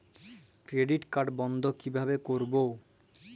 Credit card বন্ধ কিভাবে করবো?